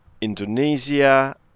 Indonesia